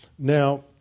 Now